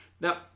Now